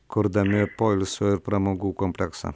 kurdami poilsio ir pramogų kompleksą